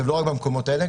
לא רק במקומות האלה,